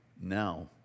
now